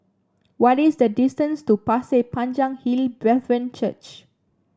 what is the distance to Pasir Panjang Hill Brethren Church